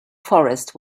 forest